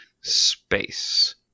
space